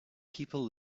people